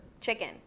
chicken